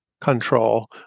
control